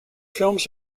films